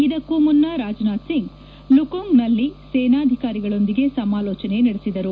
ಇದಕ್ಕೂ ಮುನ್ನ ರಾಜನಾಥ್ ಸಿಂಗ್ ಲೂಕುಂಗ್ನಲ್ಲಿ ಸೇನಾಧಿಕಾರಿಗಳೊಂದಿಗೆ ಸಮಾಲೋಜನೆ ನಡೆಸಿದರು